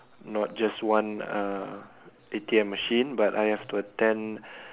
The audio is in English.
not just one uh A_T_M machine but I have to attend